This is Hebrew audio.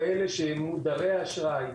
אם זה כאלה שמודרי אשראי,